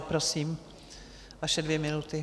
Prosím, vaše dvě minuty.